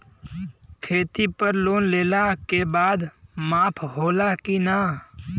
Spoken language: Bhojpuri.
खेती पर लोन लेला के बाद माफ़ होला की ना?